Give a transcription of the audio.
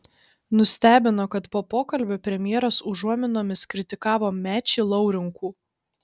nustebino kad po pokalbio premjeras užuominomis kritikavo mečį laurinkų